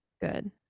Good